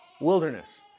wilderness